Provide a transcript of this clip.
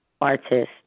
artist